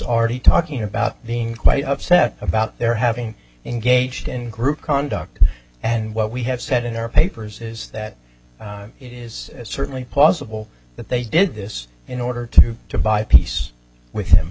already talking about being quite upset about their having engaged in group conduct and what we have said in our papers is that it is certainly possible that they did this in order to to buy peace with him